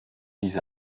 diese